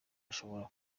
ashobora